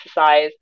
exercise